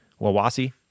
Wawasi